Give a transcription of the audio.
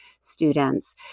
students